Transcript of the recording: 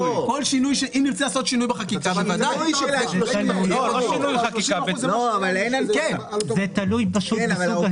אם נרצה לעשות שינוי בחקיקה בוודאי ש --- זה תלוי פשוט בסוג ההסדר.